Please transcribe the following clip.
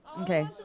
Okay